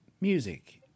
Music